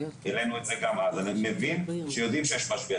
הראנו את זה גם אז אני מבין שיודעים שיש משבר,